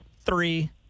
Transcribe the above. Three